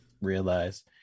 realize